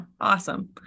Awesome